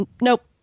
nope